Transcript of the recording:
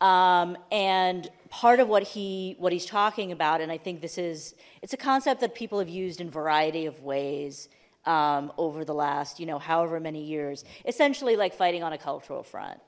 right and part of what he what he's talking about and i think this is it's a concept that people have used in variety of ways over the last you know however many years essentially like fighting on a cultural front